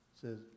says